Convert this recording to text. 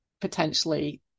potentially